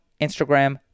Instagram